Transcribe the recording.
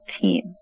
team